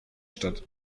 statt